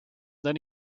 then